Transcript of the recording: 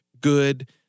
good